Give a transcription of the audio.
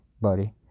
buddy